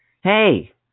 Hey